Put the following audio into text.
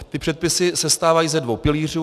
Ty předpisy sestávají ze dvou pilířů.